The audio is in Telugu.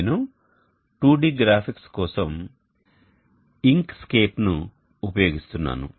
నేను 2D గ్రాఫిక్స్ కోసం ఇంక్స్కేప్ ను ఉపయోగిస్తున్నాను